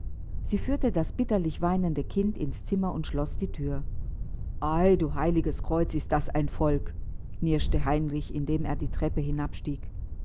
sie führte das bitterlich weinende kind ins zimmer und schloß die thür ei du heiliges kreuz ist das ein volk knirschte heinrich indem er die treppe